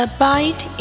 Abide